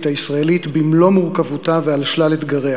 הישראלית במלוא מורכבותה ועל שלל אתגריה